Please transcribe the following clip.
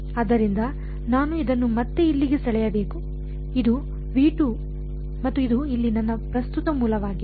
ಆದ್ದರಿಂದ ನಾನು ಇದನ್ನು ಮತ್ತೆ ಇಲ್ಲಿಗೆ ಸೆಳೆಯಬೇಕು ಇದು ಮತ್ತು ಇದು ಇಲ್ಲಿ ನನ್ನ ಪ್ರಸ್ತುತ ಮೂಲವಾಗಿದೆ